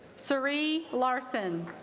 suri larson